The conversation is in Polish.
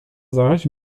zaś